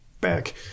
back